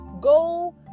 Go